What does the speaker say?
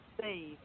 save